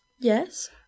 Yes